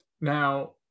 Now